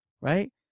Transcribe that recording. right